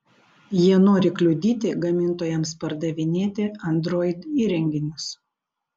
jie nori kliudyti gamintojams pardavinėti android įrenginius